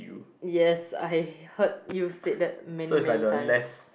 yes I heard you said that many many times